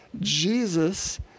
Jesus